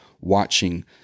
watching